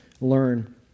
learn